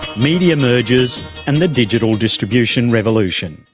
media mergers and the digital distribution revolution.